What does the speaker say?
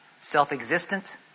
self-existent